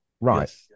Right